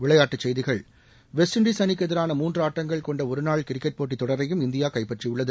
விளையாட்டுச் செய்திகள் West Indies அணிக்கு எதிரான மூன்று ஆட்டங்கள் கொண்ட ஒருநாள் கிரிக்கெட் போட்டித் தொடரையும் இந்தியா கைப்பற்றியுள்ளது